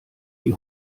die